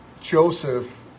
Joseph